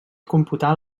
computar